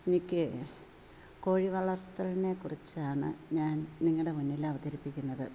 എനിക്ക് കോഴി വളർത്തലിനെ കുറിച്ചാണ് ഞാൻ നിങ്ങളുടെ മുന്നിൽ അവതരിപ്പിക്കുന്നത്